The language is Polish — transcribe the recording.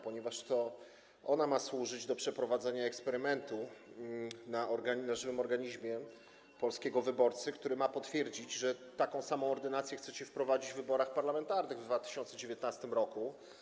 Ponieważ to ona ma służyć do przeprowadzenia eksperymentu na żywym organizmie polskiego wyborcy, który ma potwierdzić, że taką samą ordynację chcecie wprowadzić w wyborach parlamentarnych w 2019 r.